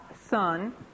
Son